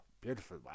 beautiful